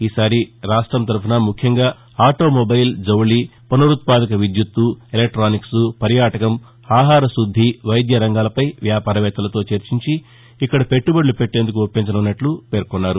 ఈసారి రాష్టం తరఫున ముఖ్యంగా ఆటోమొబైల్ జౌళి పునరుత్పాదక విద్యుత్తు ఎలక్ట్వానిక్స్ పర్యాటకం ఆహారశుద్ది వైద్య రంగాలపై వ్యాపార వేత్తలతో చర్చించి ఇక్కడ పెట్టబడులు పెట్టేందుకు ఒప్పించనున్నట్లు పేర్కొన్నారు